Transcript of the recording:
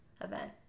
event